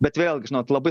bet vėlgi žinot labai